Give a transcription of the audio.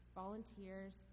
volunteers